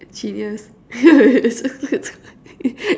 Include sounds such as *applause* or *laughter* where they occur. genius *laughs*